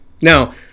Now